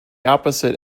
opposite